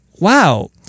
wow